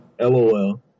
lol